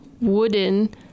wooden